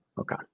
Okay